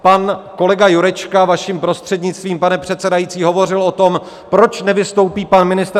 Pan kolega Jurečka, vaším prostřednictvím, pane předsedající, hovořil o tom, proč nevystoupí pan ministr Arenberger.